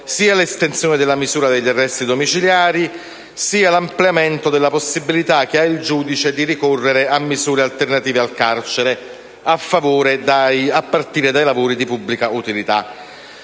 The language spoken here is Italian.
sia l'estensione della misura degli arresti domiciliari, sia l'ampliamento della possibilità che ha il giudice di ricorrere a misure alternative al carcere, a partire dai lavori di pubblica utilità.